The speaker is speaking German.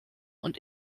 und